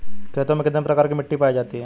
खेतों में कितने प्रकार की मिटी पायी जाती हैं?